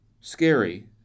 scary